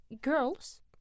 girls